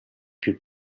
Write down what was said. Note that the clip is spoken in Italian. più